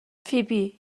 فیبی